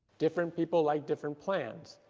different people like different plans.